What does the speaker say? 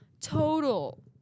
total